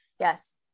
Yes